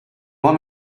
want